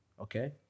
Okay